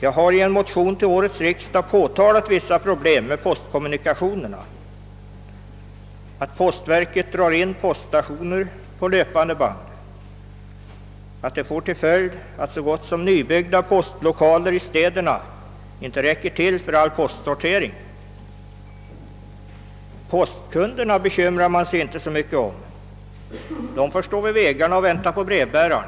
I en motion till årets riksdag har jag påtalat vissa problem med postkommunikationerna: att postverket drar in poststationer på löpande band och att så gott som nya postlokaler i städerna till följd därav inte räcker till för all postsortering. Postkunderna bryr man sig inte så mycket om; de får stå vid vägarna och vänta på brevbäraren.